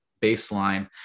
baseline